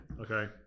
Okay